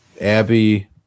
Abby